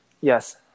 Yes